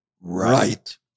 Right